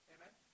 Amen